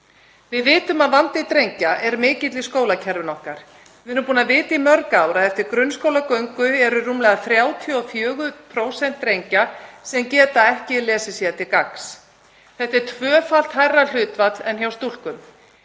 Við vitum að vandi drengja er mikill í skólakerfinu okkar. Við erum búin að vita í mörg ár að eftir grunnskólagöngu eru rúmlega 34% drengja sem geta ekki lesið sér til gagns. Þetta er tvöfalt hærra hlutfall en hjá stúlkum.